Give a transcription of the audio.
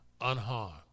unharmed